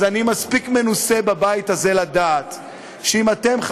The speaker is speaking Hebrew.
אני מספיק מנוסה בבית הזה לדעת שאם אתם,